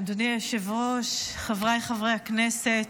אדוני היושב-ראש, חבריי חברי הכנסת,